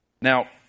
Now